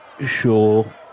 sure